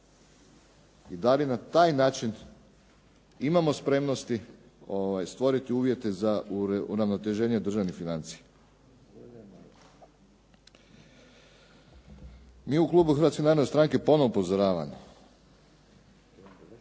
i da li na taj način imamo spremnosti stvoriti uvjete za uravnoteženje državnih financija. Mi u klubu Hrvatske narodne stranke ponovno upozoravamo